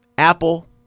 Apple